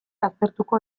aztertuko